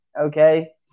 Okay